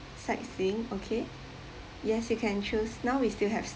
sightseeing okay yes you can choose now we still have